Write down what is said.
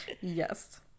Yes